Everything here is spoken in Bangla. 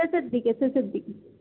শেষের দিকে শেষের দিক